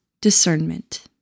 discernment